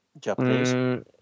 Japanese